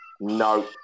No